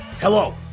Hello